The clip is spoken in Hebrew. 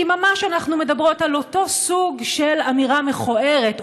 כי ממש אנחנו מדברות על אותו סוג של אמירה מכוערת,